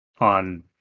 on